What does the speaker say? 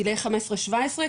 גילאי 15-17,